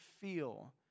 feel